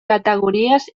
categories